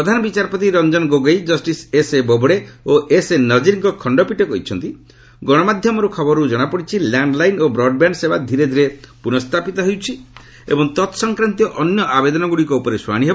ପ୍ରଧାନବିଚାରପତି Ranjan Gogoi justice SA Bobde ଓ SA ନଜିର୍କ୍ ଖଣ୍ଡପୀଠ କହିଛନ୍ତି ଗଣମାଧ୍ୟମ ଖବରରୁ ଜଣାପଡ଼ିଛି ଲ୍ୟାଣ୍ଡ ଲାଇନ୍ ଓ ବ୍ରଡ୍ବ୍ୟାଣ୍ଡ ସେବା ଧୀରେ ଧୀରେ ପ୍ରନଃସ୍ଥାପିତ ହେଉଛି ଏବଂ ତତ୍ସଂକ୍ରାନ୍ତୀୟ ଅନ୍ୟ ଆବେଦନଗୁଡ଼ିକ ଉପରେ ଶୁଣାଣି ହେବ